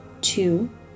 two